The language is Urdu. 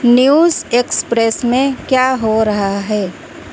نیوز ایکسپریس میں کیا ہو رہا ہے